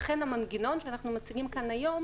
לכן, המנגנון שאנחנו מציגים כאן היום